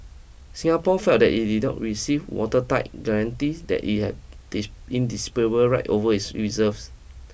Singapore felt that it did not receive watertight guarantees that it had diss indisputable rights over its reserves